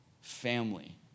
family